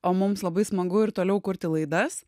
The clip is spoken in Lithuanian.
o mums labai smagu ir toliau kurti laidas